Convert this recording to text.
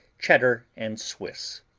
cheddar and swiss.